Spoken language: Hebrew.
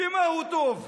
במה הוא טוב,